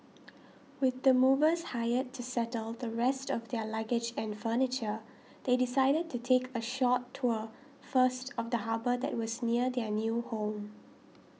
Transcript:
with the movers hired to settle the rest of their luggage and furniture they decided to take a short tour first of the harbour that was near their new home